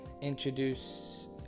introduce